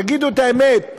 תגידו את האמת: